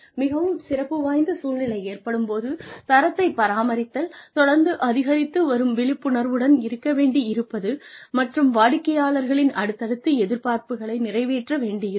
மிகவும் சிறப்பு வாய்ந்த சூழ்நிலை ஏற்படும் போது தரத்தைப் பராமரித்தல் தொடர்ந்து அதிகரித்து வரும் விழிப்புணர்வுடன் இருக்க வேண்டி இருப்பது மற்றும் வாடிக்கையாளர்களின் அடுத்தடுத்து எதிர்பார்ப்புகளை நிறைவேற்ற வேண்டி இருக்கும்